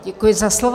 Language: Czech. Děkuji za slovo.